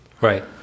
Right